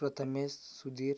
Prathamesh Sudhir